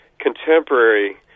contemporary